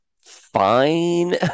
fine